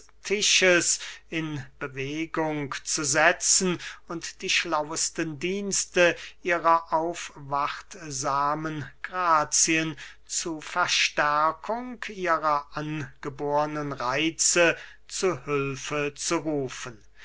in bewegung zu setzen und die schlauesten dienste ihrer aufwartsamen grazien zu verstärkung ihrer angebornen reitze zu hülfe zu rufen